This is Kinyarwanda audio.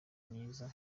myiza